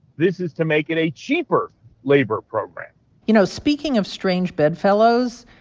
this is to make it a cheaper labor program you know, speaking of strange bedfellows,